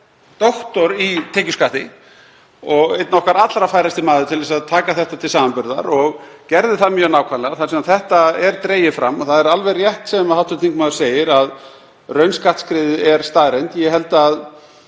í tekjuskatti og einn okkar allra færasti maður til að taka þetta til samanburðar, og gerði það mjög nákvæmlega — þar sem það er dregið fram, það er alveg rétt sem hv. þingmaður segir, að raunskattsskriðið er staðreynd. Ég held að